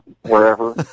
wherever